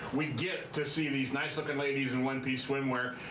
we get to see these nice looking ladies in one piece swimwear.